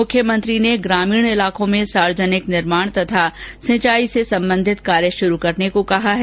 मुख्यमंत्री ने ग्रामीण क्षेत्रों में सार्वजनिक निर्माण तथा सिंचाई से संबंधित कार्य शुरू करने को कहा है